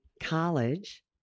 college